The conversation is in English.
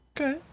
Okay